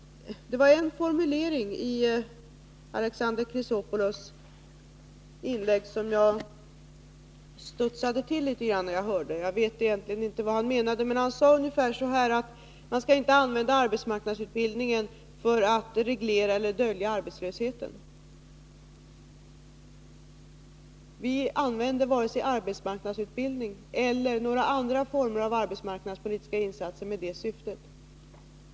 Det var en formulering i Alexander Chrisopoulos inlägg som gjorde att jag studsade till litet grand. Jag vet egentligen inte vad han menade, men han sade ungefär så här: Man skall inte använda arbetsmarknadsutbildningen för att reglera eller dölja arbetslösheten. Vi använder varken arbetsmarknadsutbildningen eller andra former av arbetsmarknadspolitiska insatser i det syftet.